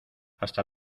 hasta